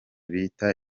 bita